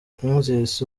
moses